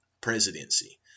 presidency